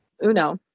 Uno